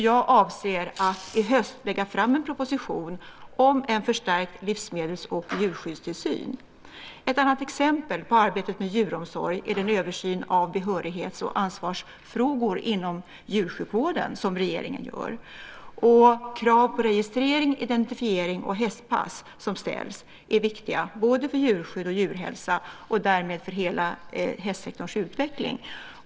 Jag avser att i höst lägga fram en proposition om en förstärkt livsmedels och djurskyddstillsyn. Ett annat exempel på arbetet med djuromsorg är den översyn av behörighets och ansvarsfrågor inom djursjukvården som regeringen gör. De krav på registrering, identifiering och hästpass som ställs är viktiga både för djurskydd och djurhälsa och därmed för hela hästsektorns utveckling.